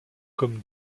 comme